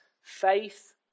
faith